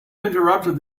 interrupted